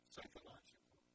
psychological